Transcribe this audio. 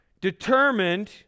determined